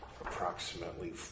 approximately